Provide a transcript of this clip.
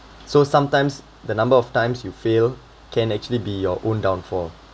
so sometimes the number of times you fail can actually be your own downfall